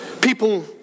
people